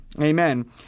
Amen